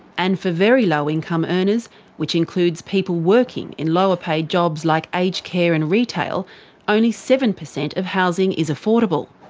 and for very low income earners which includes people working in lower paid jobs like aged care and retail only seven percent of housing is affordable.